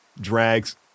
drags